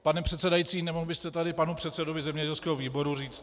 Pane předsedající, nemohl byste tady panu předsedovi zemědělského výboru říct...